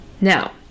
Now